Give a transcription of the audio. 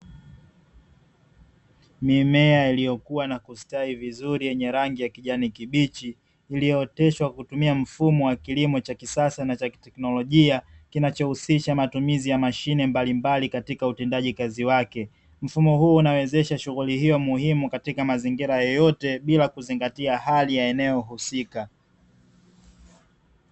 Mimea iliyokuwa na kustawi vizuri yenye rangi ya kijani kibichi iliyooteshwa kwa kutumia mfumo wa kilimo cha kisasa na cha kiteknolojia kinachohusisha matumizi ya mashine mbalimbali katika utendaji kazi wake, mfumo huu unawezesha shughuli hiyo muhimu katika mazingira yoyote bila kuzingatia hali ya eneo husika.